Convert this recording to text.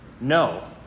no